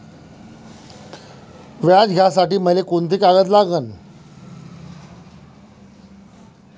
व्याज घ्यासाठी मले कोंते कागद लागन?